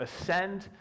ascend